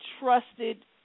trusted